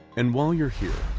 and while you're here,